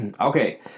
Okay